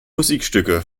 musikstücke